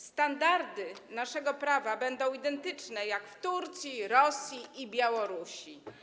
Standardy naszego prawa będą identyczne jak w Turcji, Rosji i na Białorusi.